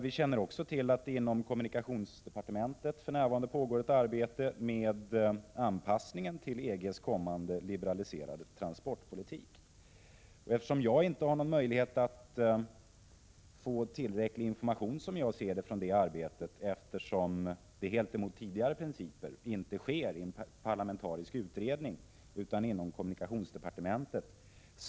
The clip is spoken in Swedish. Vi känner också till att det inom kommunikationsdepartementet för närvarande pågår ett arbete med anpassningen till EG:s kommande liberaliserade transportpolitik. Jag har inte möjlighet att få tillräcklig information, som jag ser det, om detta arbete, eftersom det helt emot tidigare principer inte sker i en parlamentarisk utredning utan inom kommunikationsdepartementet.